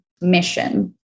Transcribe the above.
mission